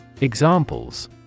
Examples